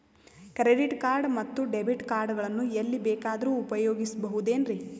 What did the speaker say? Credit card ಮತ್ತು debit card ಗಳನ್ನು ಎಲ್ಲಿ ಬೇಕಾದ್ರು ಉಪಯೋಗಿಸಬಹುದೇನ್ರಿ?